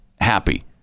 happy